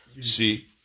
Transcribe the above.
See